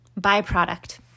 byproduct